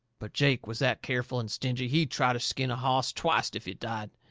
but jake was that careful and stingy he'd try to skin a hoss twicet if it died.